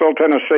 Tennessee